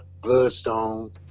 Bloodstone